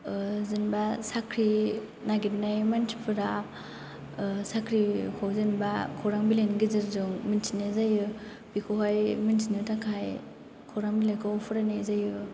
जेनबा साख्रि नागिरनाय मानसिफोरा साख्रिखौ जेनबा खौरां बिलाइनि गेजेरजों मिन्थिनाय जायो बेखौहाय मिन्थिनो थाखाय खौरां बिलाइखौ फरायनाय जायो